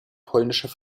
polnischer